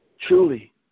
truly